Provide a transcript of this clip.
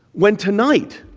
when, tonight,